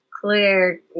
Clear